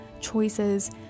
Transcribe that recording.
choices